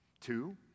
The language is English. Two